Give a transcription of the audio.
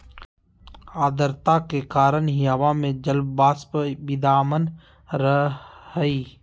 आद्रता के कारण ही हवा में जलवाष्प विद्यमान रह हई